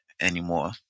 anymore